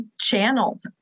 channeled